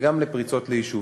וגם לפריצות ליישובים,